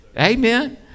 Amen